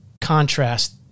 contrast